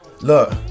Look